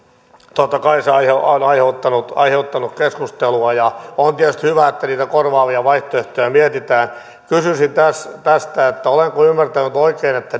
totta kai se on aiheuttanut aiheuttanut keskustelua ja on tietysti hyvä että niitä korvaavia vaihtoehtoja mietitään kysyisin tästä olenko ymmärtänyt oikein että